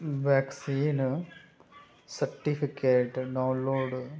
vaccine certificate download